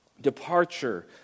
departure